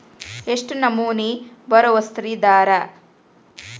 ಎಷ್ಟ್ ನಮನಿ ಬಾರೊವರ್ಸಿದಾರ?